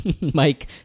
Mike